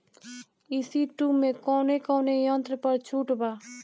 ई.सी टू मै कौने कौने यंत्र पर छुट बा?